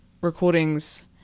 recordings